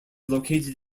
located